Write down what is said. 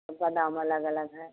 सबका दाम अलग अलग है